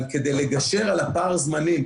אבל כדי לגשר על פער הזמנים,